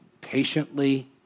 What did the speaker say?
patiently